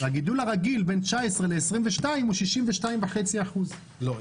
והגידול הרגיל בין 2019 ל-2022 הוא 62.5%. לא.